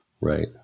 Right